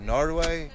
Norway